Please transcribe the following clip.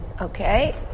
Okay